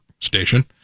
station